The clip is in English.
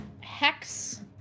Hex